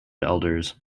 elders